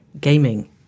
gaming